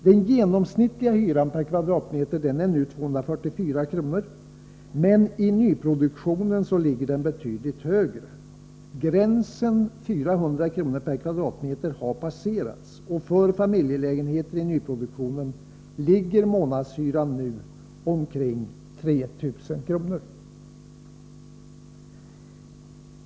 Den genomsnittliga hyran per kvadratmeter är nu 244 kr., men i nyproduktionen ligger den betydligt högre — gränsen 400 kr. per kvadratmeter har passerats. För familjelägenheter i nyproduktionen ligger månadshyran nu kring 3 000 kr.